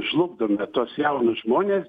žlugdome tuos jaunus žmones